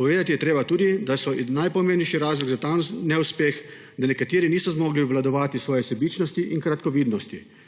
Povedati je treba tudi, da je najpomembnejši razlog za ta neuspeh, da nekateri niso zmogli obvladovati svoje sebičnosti in kratkovidnosti.